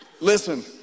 listen